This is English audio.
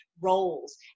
roles